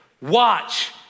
watch